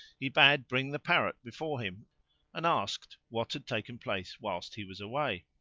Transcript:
he bade bring the parrot before him and asked what had taken place whilst he was away.